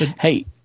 Hey